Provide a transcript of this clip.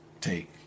take